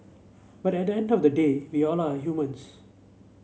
but at the end of the day we all are humans